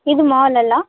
ಇದು ಮಾಲ್ ಅಲ್ವಾ